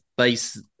base